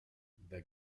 the